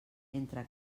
mentre